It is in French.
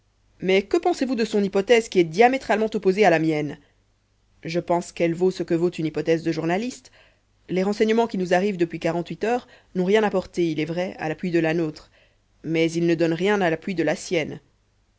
mais que pensez-vous de son hypothèse qui est diamétralement opposée à la mienne je pense qu'elle vaut ce que vaut une hypothèse de journaliste les renseignements qui nous arrivent depuis quarante-huit heures n'ont rien apporté il est vrai à l'appui de la nôtre mais ils ne donnent rien à l'appui de la sienne